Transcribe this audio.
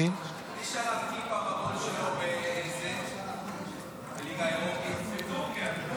מי שלף כיפה בליגה האירופית בטורקיה?